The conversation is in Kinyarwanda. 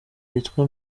yitwa